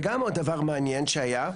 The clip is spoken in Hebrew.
וגם עוד דבר מעניין שהיה,